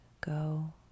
go